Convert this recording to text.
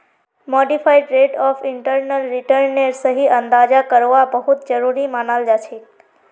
modified rate of internal रिटर्नेर सही अंदाजा करवा बहुत जरूरी मनाल जाछेक